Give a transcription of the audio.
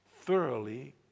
thoroughly